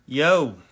Yo